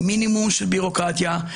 מינימום בירוקרטיה,